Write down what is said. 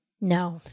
No